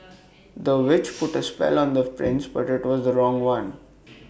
the witch put A spell on the prince but IT was the wrong one